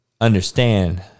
understand